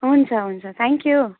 हुन्छ हुन्छ thank you